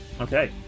Okay